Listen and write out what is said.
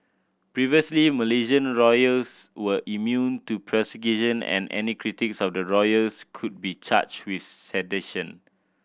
previously Malaysian royals were immune to prosecution and any critics of the royals could be charged with sedition